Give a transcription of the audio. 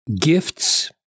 gifts